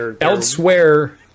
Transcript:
Elsewhere